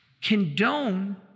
condone